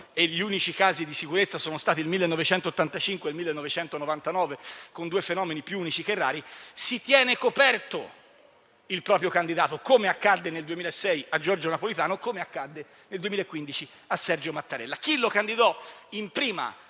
(e gli unici casi di sicurezza sono stati nel 1985 e nel 1999, con due fenomeni più unici che rari), lo si tiene coperto, come accadde nel 2006 a Giorgio Napolitano e nel 2015 a Sergio Mattarella. Chi lo candidò in prima